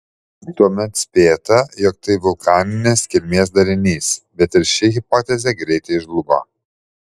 tuomet spėta jog tai vulkaninės kilmės darinys bet ir ši hipotezė greitai žlugo